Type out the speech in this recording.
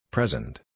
Present